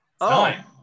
Nine